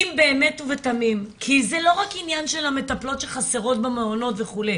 אם באמת ובתמים כי זה לא רק ענין של המטפלות שחסרות במעונות וכו',